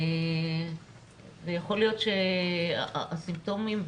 יכול להיות שהסימפטומים,